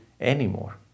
Anymore